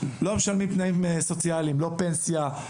לא משלמים תנאים סוציאליים לא פנסיה,